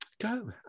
go